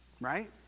Right